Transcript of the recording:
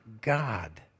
God